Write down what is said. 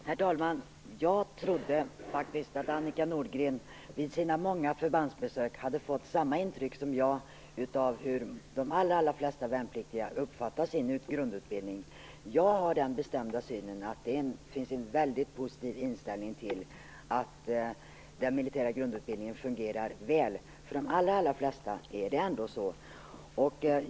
Herr talman! Jag trodde faktiskt att Annika Nordgren vid sina många förbandsbesök hade fått samma intryck som jag av hur de allra flesta värnpliktiga uppfattar sin grundutbildning. Jag har den bestämda synen att de har en mycket positiv inställning till att den militära grundutbildningen fungerar väl. Det är så för de allra flesta.